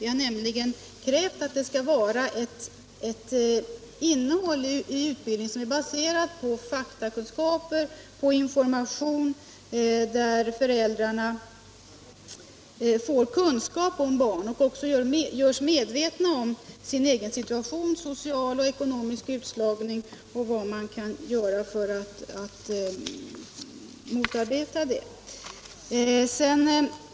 Vi har nämligen krävt ett innehåll i utbildningen som är baserat på faktakunskaper och information samt att föräldrarna görs medvetna om sin egen situation, social och ekonomisk utslagning och vad man kan göra för att motarbeta detta.